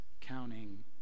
counting